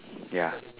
ya